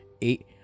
eight